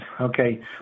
Okay